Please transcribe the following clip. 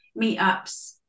meetups